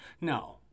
No